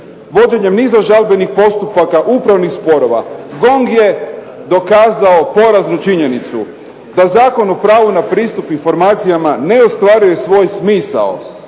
vođenjem niza žalbenih postupaka, upravnih sporova. GONG je dokazao poraznu činjenicu da Zakon o pravu na pristup informacijama ne ostvaruje svoj smisao,